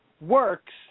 works